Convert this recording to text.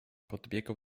podbiegał